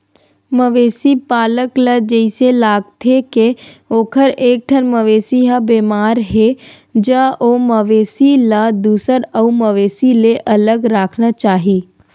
मवेशी पालक ल जइसे लागथे के ओखर एकठन मवेशी ह बेमार हे ज ओ मवेशी ल दूसर अउ मवेशी ले अलगे राखना चाही